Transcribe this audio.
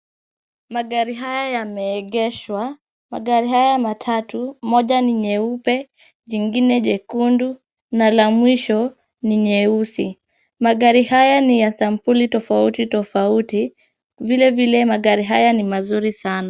Magari haya yameegeshwa. Magari haya matatu, moja ni nyeupe, jingine jekundu na la mwisho ni nyeusi. Magari haya ni ya sampuli tofauti tofauti. Vilevile magari haya ni mazuri sana.